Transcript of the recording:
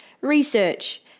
research